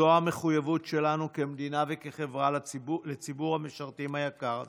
זו המחויבות שלנו כמדינה וכחברה לציבור המשרתים היקר הזה,